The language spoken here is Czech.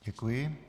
Děkuji.